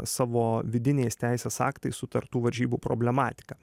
savo vidiniais teisės aktais sutartų varžybų problematiką